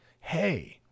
Hey